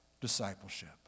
discipleship